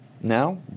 now